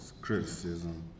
criticism